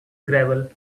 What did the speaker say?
gravel